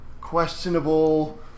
questionable